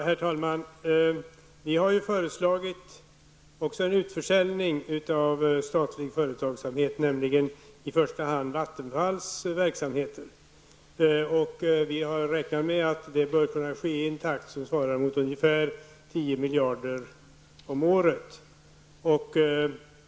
Herr talman! Vi har också föreslagit utförsäljning av statlig företagsamhet, nämligen i första hand Vattenfalls verksamheter. Vi räknar med att det bör kunna ske i en takt som motsvarar ungefär 10 miljarder om året.